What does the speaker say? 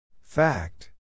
Fact